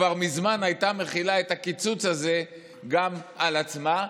כבר מזמן הייתה מחילה את הקיצוץ הזה גם על עצמה.